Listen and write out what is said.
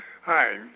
hi